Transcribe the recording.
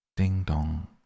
ding-dong